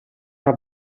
una